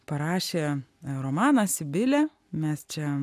parašė romaną sibilė mes čia